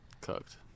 Cooked